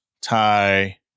Thai